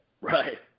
Right